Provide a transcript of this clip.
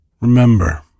Remember